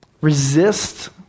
Resist